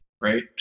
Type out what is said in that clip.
right